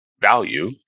value